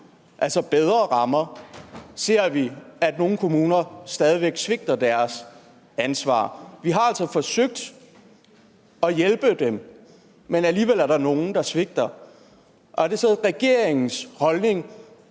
altså bedre rammer, ser vi, at nogle kommuner stadig væk svigter deres ansvar. Vi har altså forsøgt at hjælpe dem, men alligevel er der nogle, der svigter. Er det så regeringens holdning,